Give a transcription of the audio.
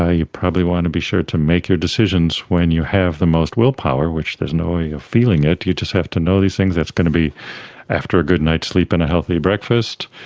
ah you probably want to be sure to make your decisions when you have the most willpower which, there is no way of feeling it, you just have to know these things, it's going to be after a good night's sleep and a healthy breakfast,